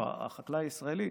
או החקלאי הישראלי,